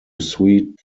suit